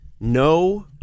No